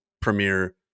premiere